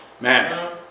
Man